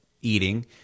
eating